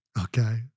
Okay